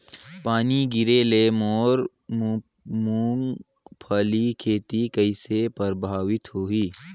पानी गिरे ले मोर मुंगफली खेती कइसे प्रभावित होही?